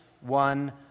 one